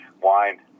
wine